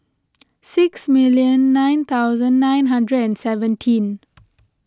six million nine thousand nine hundred and seventeen